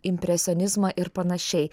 impresionizmą ir panašiai